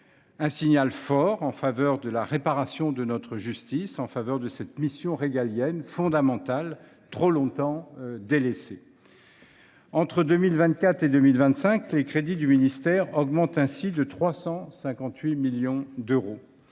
un signal fort en faveur de la réparation de notre justice, alors que cette mission régalienne fondamentale a été trop longtemps délaissée. Entre 2024 et 2025, les crédits du ministère augmentent ainsi de 358 millions d’euros.